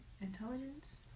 intelligence